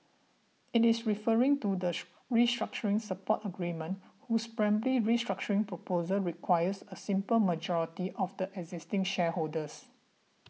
it is referring to the restructuring support agreement whose primary restructuring proposal requires a simple majority of the existing shareholders